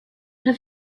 have